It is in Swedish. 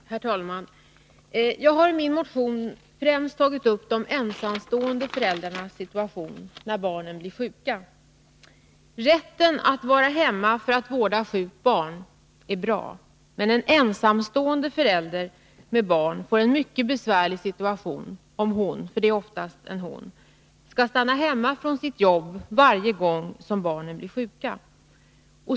Herr talman! Jag har i min motion främst tagit upp de ensamstående föräldrarnas situation när barnen blir sjuka. Rätten att vara hemma för att vårda sjukt barn är bra. Men en ensamstående förälder med barn får en mycket besvärlig situation, om hon — för det är fortfarande oftast en hon — skall stanna hemma från sitt jobb varje gång barnen blir sjuka.